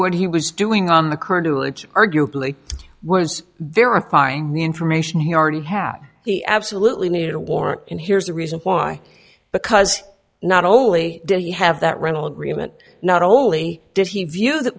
what he was doing on the current arguably was verifying the information he already had he absolutely needed a warrant and here's the reason why because not only did he have that rental agreement not only did he view that